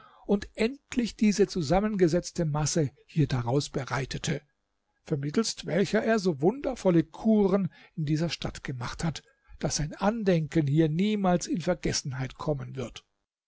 und endlich diese zusammengesetzte masse hier daraus bereitete vermittelst welcher er so wundervolle kuren in dieser stadt gemacht hat daß sein andenken hier niemals in vergessenheit kommen wird